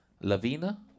Lavina